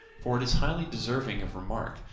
for it is highly deserving of remark,